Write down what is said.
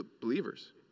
believers